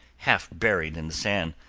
half buried in the sand.